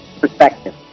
perspective